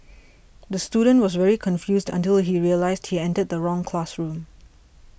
the student was very confused until he realised he entered the wrong classroom